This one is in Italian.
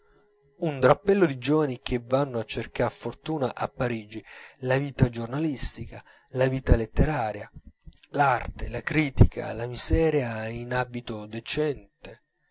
un drappello di giovani che vanno a cercar fortuna a parigi la vita giornalistica la vita letteraria l'arte la critica la miseria in abito decente